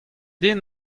din